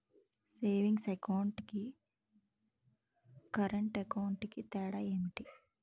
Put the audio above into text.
Savings account కి current account కి తేడా ఏమిటి?